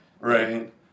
Right